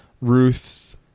Ruth